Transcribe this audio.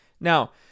Now